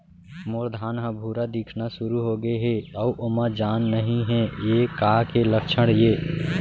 मोर धान ह भूरा दिखना शुरू होगे हे अऊ ओमा जान नही हे ये का के लक्षण ये?